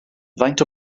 faint